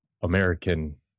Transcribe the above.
American